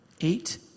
Eight